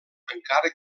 encara